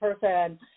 person